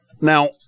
Now